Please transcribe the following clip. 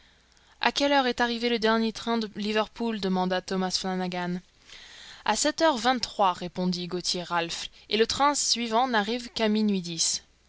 a quelle heure est arrivé le dernier train de liverpool demanda thomas flanagan a sept heures vingt-trois répondit gauthier ralph et le train suivant n'arrive qu'à minuit dix